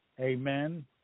Amen